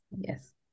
Yes